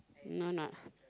know not